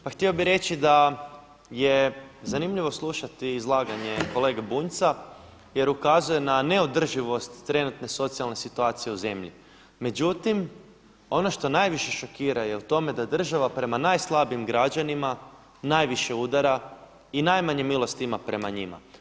Pa htio bih reći da je zanimljivo slušati izlaganje kolege Bunjca jer ukazuje na neodrživost trenutne socijalne situacije u zemlji, međutim ono što najviše šokira je u tome da država prema najslabijim građanima najviše udara i najmanje milosti ima prema njima.